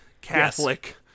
catholic